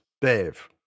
Dave